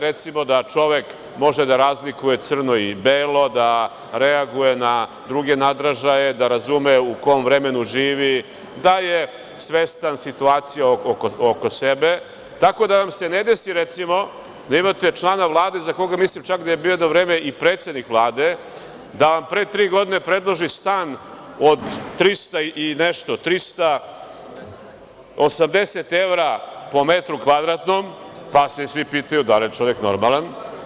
Recimo da čovek može da razlikuje crno i belo, da reaguje na druge nadražaje, da razume u kom vremenu živi, da je svestan situacije oko sebe, tako da vam se ne desi, recimo, da imate člana Vlade za koga mislim da je bio jedno vreme i predsednik Vlade, da vam pre tri godine predloži stan od 300, 380 evra po metru kvadratnom, pa se svi pitaju da li je čovek normalan.